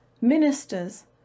ministers